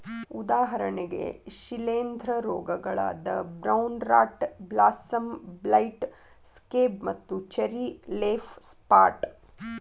ಉದಾಹರಣೆಗೆ ಶಿಲೇಂಧ್ರ ರೋಗಗಳಾದ brown rot blossom blight, scab ಮತ್ತು ಚೆರ್ರಿ ಲೇಫ್ ಸ್ಪಾಟ್